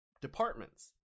departments